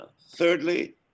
Thirdly